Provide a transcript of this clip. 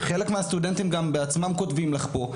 חלק מהסטודנטים בעצמם כותבים לך פה.